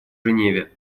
женеве